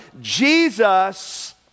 Jesus